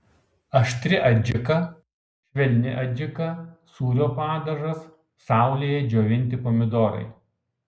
aštri adžika švelni adžika sūrio padažas saulėje džiovinti pomidorai